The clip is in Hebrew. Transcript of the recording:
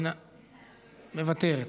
מוותרת.